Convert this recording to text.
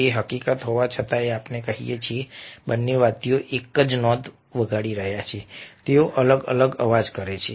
એ હકીકત હોવા છતાં કે આપણે કહીએ છીએ કે બંને વાદ્યો એક જ નોંધ વગાડી રહ્યા છે તેઓ અલગ અલગ અવાજ કરે છે